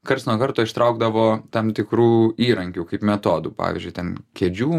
karts nuo karto ištraukdavo tam tikrų įrankių kaip metodų pavyzdžiui ten kėdžių